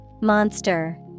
Monster